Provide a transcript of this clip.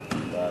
בלבד),